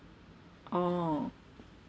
orh